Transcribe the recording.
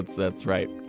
that's right